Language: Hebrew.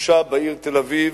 התחושה בעיר תל-אביב,